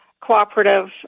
cooperative